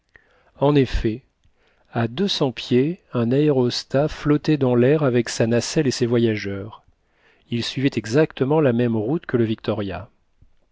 en effet à deux cents pieds un aérostat flottait dans l'air avec sa nacelle et ses voyageurs il suivait exactement la même route que le victoria